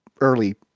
early